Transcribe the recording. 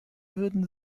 würden